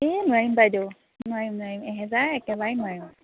এই নোৱাৰিম বাইদেউ নোৱাৰিম নোৱাৰিম এহেজাৰ একেবাৰেই নোৱাৰিম